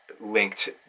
linked